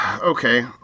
Okay